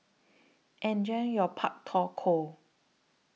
Enjoy your Pak Thong Ko